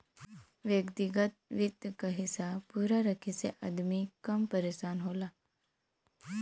व्यग्तिगत वित्त क हिसाब पूरा रखे से अदमी कम परेसान होला